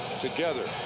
together